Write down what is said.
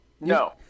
No